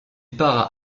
part